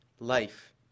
Life